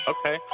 Okay